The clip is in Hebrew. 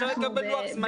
אפשר לקבל לוח זמנים?